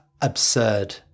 absurd